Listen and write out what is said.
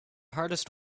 hardest